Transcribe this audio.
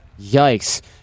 Yikes